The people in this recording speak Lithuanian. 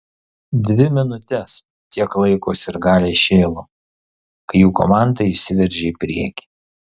dvi minutes tiek laiko sirgaliai šėlo kai jų komanda išsiveržė į priekį